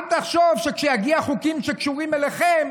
אל תחשוב שכשיגיעו חוקים שקשורים אליכם